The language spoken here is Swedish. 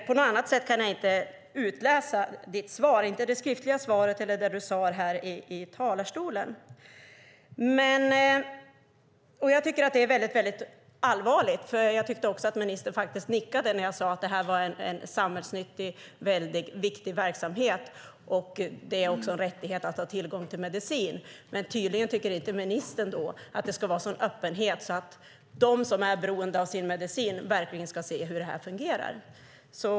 På annat sätt kan jag inte utläsa vare sig det skriftliga svaret eller det ministern sade här i talarstolen. Detta är väldigt allvarligt. Jag tyckte mig se att ministern nickade när jag sade att det här rör en samhällsnyttig och väldigt viktig verksamhet och att det är en rättighet att ha tillgång till medicin. Men tydligen tycker ministern inte att det ska vara en sådan öppenhet att de som är beroende av sin medicin verkligen kan se hur det här fungerar.